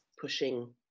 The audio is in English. pushing